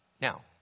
Now